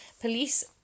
police